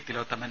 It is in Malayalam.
തിലോത്തമൻ